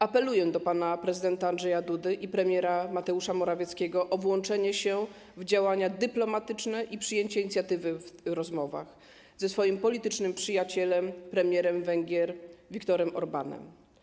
Apeluję do pana prezydenta Andrzeja Dudy i premiera Mateusza Morawieckiego o włączenie się w działania dyplomatyczne i przejęcie inicjatywy w rozmowach ze swoim politycznym przyjacielem - premierem Węgier Viktorem Orbánem.